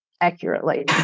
accurately